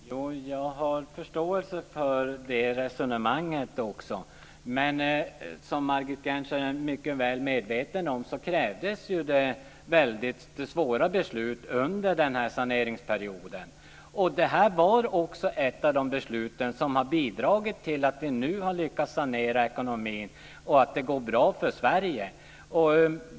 Fru talman! Jag har förståelse för det resonemanget men som Margit Gennser är mycket väl medveten om krävdes det väldigt svåra beslut under saneringsperioden. Det här är ett av de beslut som bidragit till att vi nu har lyckats sanera ekonomin och till att det går bra för Sverige.